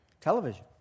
television